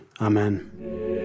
Amen